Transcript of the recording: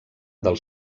del